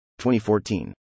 2014